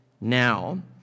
now